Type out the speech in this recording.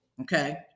okay